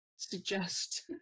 Suggest